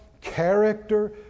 character